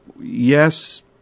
yes